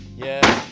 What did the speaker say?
yeah.